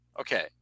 Okay